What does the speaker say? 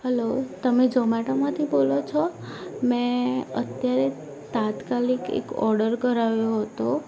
હાલો તમે ઝોમેટોમાંથી બોલો છો મેં અત્યારે તાત્કાલિક એક ઓડર કરાવ્યો હતો